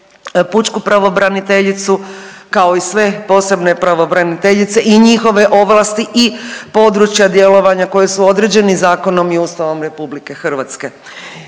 pučku pravobraniteljicu kao i sve posebne pravobraniteljice i njihove ovlasti i područja djelovanja koji su određeni zakonom i Ustavom RH.